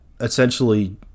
essentially